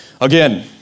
Again